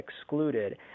excluded